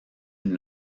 une